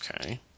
Okay